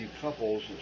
couples